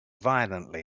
violently